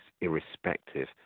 irrespective